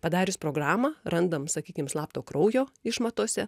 padarius programą randam sakykim slapto kraujo išmatose